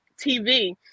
tv